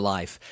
Life